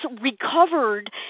recovered